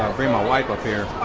bring my wife up here.